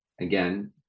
Again